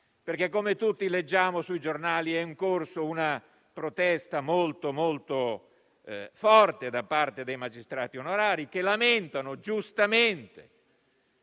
perché, come tutti leggiamo sui giornali, è in corso una protesta molto molto forte da parte dei magistrati onorari, che lamentano - giustamente